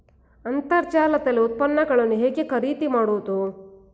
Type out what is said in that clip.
ಅಂತರ್ಜಾಲದಲ್ಲಿ ಉತ್ಪನ್ನಗಳನ್ನು ಹೇಗೆ ಖರೀದಿ ಮಾಡುವುದು?